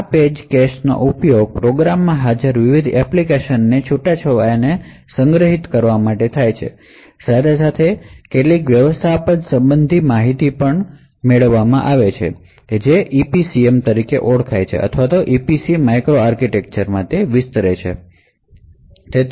આ પેજ કેશનો ઉપયોગ પ્રોગ્રામમાં હાજર વિવિધ એપ્લિકેશનના એન્ક્લેવ્સ ને સંગ્રહિત કરવા માટે થાય છે અને સાથે સાથે કેટલીક વ્યવસ્થાપન સંબંધિત માહિતી પણ છે જે ખાસ ક્ષેત્રમાં સંગ્રહિત છે EPCM તરીકે ઓળખાય છે અથવા જે EPC માઇક્રો આર્કિટેક્ચરમાં વિસ્તરે છે